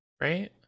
right